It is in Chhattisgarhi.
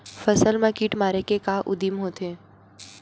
फसल मा कीट मारे के का उदिम होथे?